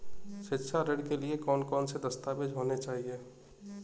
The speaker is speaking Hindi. शिक्षा ऋण के लिए कौन कौन से दस्तावेज होने चाहिए?